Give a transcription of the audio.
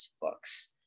books